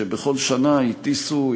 שבכל שנה הטיסו,